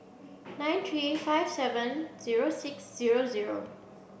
nine three five seven zero six zero zero